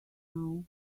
now